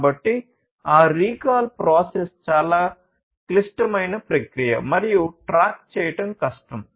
కాబట్టి ఆ recall process చాలా క్లిష్టమైన ప్రక్రియ మరియు ట్రాక్ చేయడం కష్టం